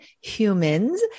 humans